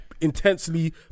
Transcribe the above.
intensely